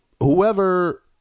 Whoever